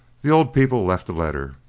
the old people left a letter,